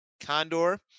Condor